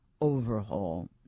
overhaul